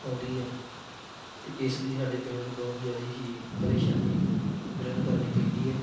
ਆਉਂਦੀ ਆ ਅਤੇ ਇਸ ਦੀ ਸਾਡੇ ਪਿੰਡ ਨੂੰ ਬਹੁਤ ਜ਼ਿਆਦਾ ਹੀ ਪਰੇਸ਼ਾਨੀ ਗ੍ਰਹਿਣ ਕਰਨੀ ਪੈਂਦੀ ਆ